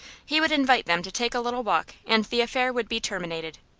he would invite them to take a little walk, and the affair would be terminated.